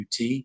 UT